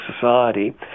society